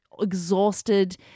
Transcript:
exhausted